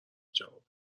جواب